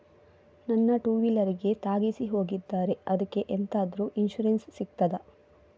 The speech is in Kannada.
ನನ್ನ ಟೂವೀಲರ್ ಗೆ ತಾಗಿಸಿ ಹೋಗಿದ್ದಾರೆ ಅದ್ಕೆ ಎಂತಾದ್ರು ಇನ್ಸೂರೆನ್ಸ್ ಸಿಗ್ತದ?